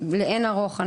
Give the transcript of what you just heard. לאין ערוך.